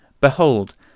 Behold